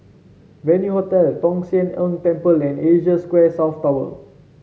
Venue Hotel Tong Sian Tng Temple and Asia Square South Tower